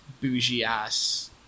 bougie-ass